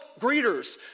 greeters